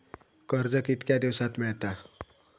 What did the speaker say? कर्ज कितक्या दिवसात मेळता?